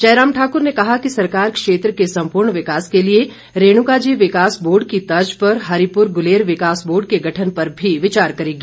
जयराम ठाकुर ने कहा कि सरकार क्षेत्र के सम्पूर्ण विकास के लिए रेणुका जी विकास बोर्ड की तर्ज पर हरिपुर गुलेर विकास बोर्ड के गठन पर भी विचार करेगी